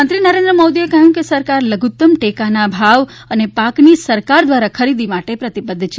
પ્રધાનમંત્રી નરેન્દ્ર મોદીએ કહ્યું છે કે સરકાર લધુતમ ટેકાના ભાવ અને પાકની સરકાર દ્વારા ખરીદી માટે પ્રતિબદ્ધ છે